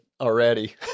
already